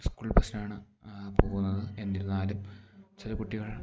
school ബസ്സിനാണ് പോകുന്നത് എന്നിരുന്നാലും ചില കുട്ടികൾ